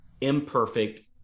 imperfect